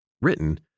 Written